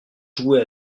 jouait